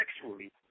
sexually